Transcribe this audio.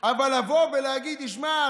אבל לבוא ולהגיד לי: תשמע,